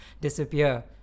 disappear